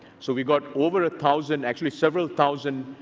so we got over a thousand, actually several thousand,